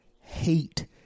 hate